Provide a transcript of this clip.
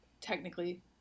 technically